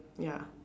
ya